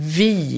vi